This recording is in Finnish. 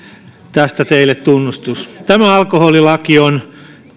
tästä teille tunnustus tämä alkoholilaki on